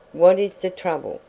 what is the trouble?